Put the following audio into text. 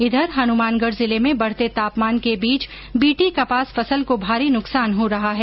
इधर हनुमानगढ जिले में बढते तापमान के बीच बीटी कपास फसल को भारी नुकसान हो रहा है